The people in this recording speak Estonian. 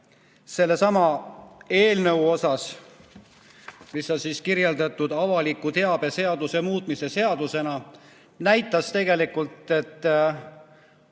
seesama eelnõu, mida on kirjeldatud avaliku teabe seaduse muutmise seadusena, näitas tegelikult, et